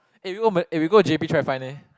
eh we go eh we go j_b try to find eh